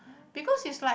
because it's like